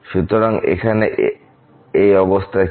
সুতরাং এখানে এই অবস্থা কি